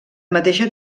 mateixa